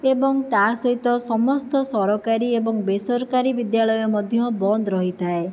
ଏବଂ ତା'ସହିତ ସମସ୍ତ ସରକାରୀ ଏବଂ ବେସରକାରୀ ବିଦ୍ୟାଳୟ ମଧ୍ୟ ବନ୍ଦ ରହିଥାଏ